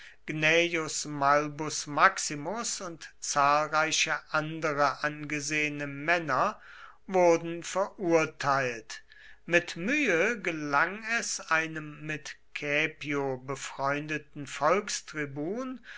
maximus und zahlreiche andere angesehene männer wurden verurteilt mit mühe gelang es einem mit caepio befreundeten